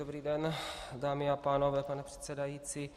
Dobrý den, dámy a pánové, pane předsedající.